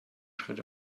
schritt